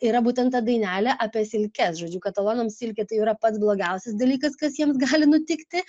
yra būtent ta dainelė apie silkes žodžiu katalonams silkė tai yra pats blogiausias dalykas kas jiems gali nutikti